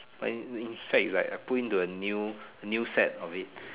when when in fact right I put into the new the new set of it